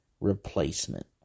replacement